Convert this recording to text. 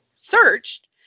searched